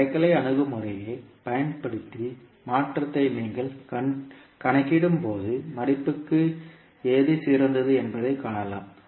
வரைகலை அணுகுமுறையைப் பயன்படுத்தி மாற்றத்தை நீங்கள் கணக்கிடும்போது மடிப்புக்கு எது சிறந்தது என்பதைக் காணலாம்